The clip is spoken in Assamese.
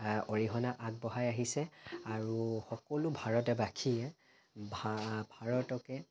অৰিহণা আগবঢ়াই আহিছে আৰু সকলো ভাৰতবাসীয়ে ভা ভাৰতকে